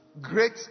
great